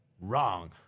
Wrong